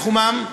בתחומן,